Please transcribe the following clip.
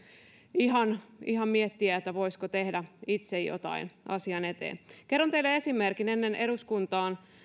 ihan ihan miettiä voisiko tehdä itse jotain asian eteen kerron teille esimerkin ennen eduskuntaan